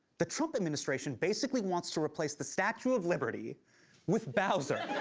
the trump administration basically wants to replace the statue of liberty with bowser.